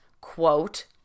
quote